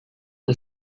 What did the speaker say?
the